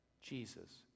Jesus